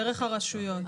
דרך הרשויות.